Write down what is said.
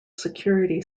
security